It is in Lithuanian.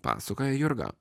pasakoja jurga